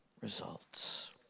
results